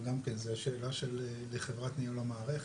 זה שאלה לחברת ניהול המערכת.